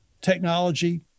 technology